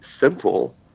simple